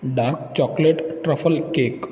dark chocolate truffle cake